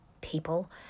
people